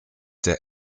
der